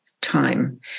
time